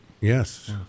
Yes